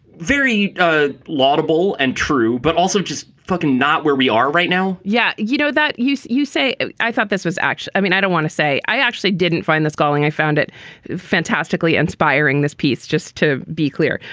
very ah laudable and true, but also just fucking not where we are right now yeah, you know that you you say i thought this was actually i mean, i don't want to say i actually didn't find this galling. i found it fantastically inspiring this piece, just to be clear.